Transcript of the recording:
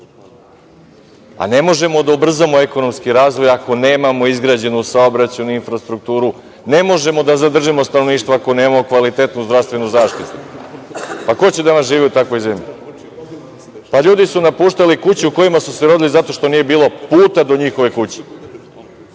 Ne možemo da ubrzamo ekonomski razvoj ako nemamo izgrađenu saobraćajnu infrastrukturu, ne možemo da zadržimo stanovništvo ako nemamo kvalitetnu zdravstvenu zaštitu. Ko će da nam živi u takvoj zemlji? Ljudi su napuštali kuće u kojima su se rodili zato što nije bilo pute do njihove kuće. Sad